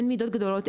אין מידות גדולות,